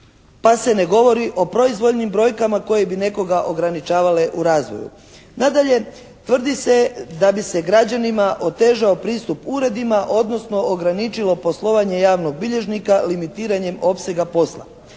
pa se ne govori o proizvoljnim brojkama koje bi nekoga ograničavale u razvoju. Nadalje tvrdi se da bi se građanima otežao pristup uredima odnosno ograničilo poslovanje javnog bilježnika limitiranjem opsega posla.